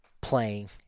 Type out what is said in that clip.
playing